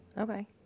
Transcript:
Okay